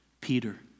Peter